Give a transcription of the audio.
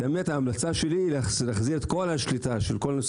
את האמת ההמלצה שלי להחזיר את כל השליטה של כל נושא